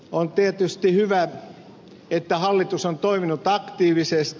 on tietysti hyvä että hallitus on toiminut aktiivisesti